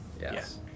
Yes